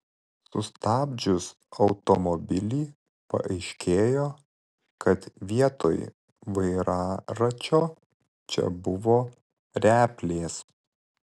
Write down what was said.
sustabdžius automobilį paaiškėjo kad vietoj vairaračio čia buvo replės